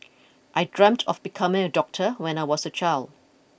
I dreamt of becoming a doctor when I was a child